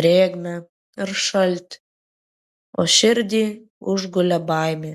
drėgmę ir šaltį o širdį užgulė baimė